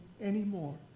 anymore